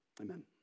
Amen